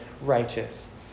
righteous